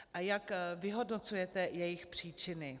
A jak vyhodnocujete jejich příčiny?